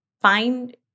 find